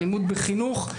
אלימות בחינוך,